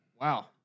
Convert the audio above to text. Wow